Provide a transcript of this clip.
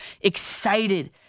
excited